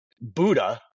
Buddha